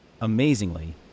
Amazingly